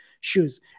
shoes